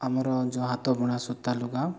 ଆମର ଯେଉଁ ହାତବୁଣା ସୂତା ଲୁଗା